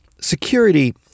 security